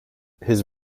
his